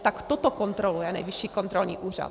Tak toto kontroluje Nejvyšší kontrolní úřad.